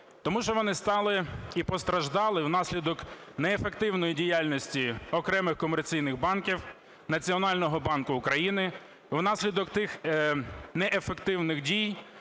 Тому що вони стали і постраждали внаслідок неефективної діяльності окремих комерційних банків, Національного банку України. Внаслідок тих неефективних дій